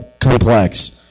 complex